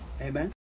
Amen